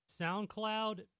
SoundCloud